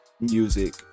music